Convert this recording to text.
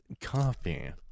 coffee